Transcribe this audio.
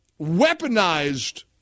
weaponized